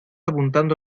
apuntando